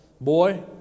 Boy